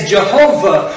Jehovah